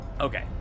Okay